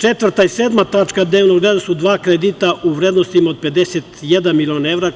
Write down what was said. Četvrta i sedma tačka dnevnog reda su dva kredita u vrednosti od 51 miliona evra